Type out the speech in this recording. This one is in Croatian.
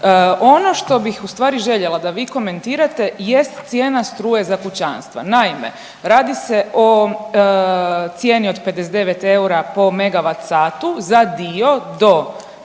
Ono što bih ustvari željela da vi komentirate jest cijena struje za kućanstva. Naime, radi se o cijeni od 59 eura po MWh za dio do